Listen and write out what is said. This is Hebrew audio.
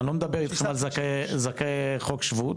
אני לא מדבר איתכם זכאי חוק שבות